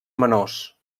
menors